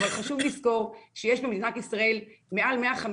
אבל חשוב לזכור שיש במדינת ישראל מעל 150